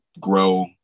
grow